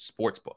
sportsbook